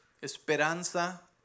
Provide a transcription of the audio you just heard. Esperanza